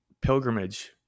pilgrimage